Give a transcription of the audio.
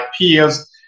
peers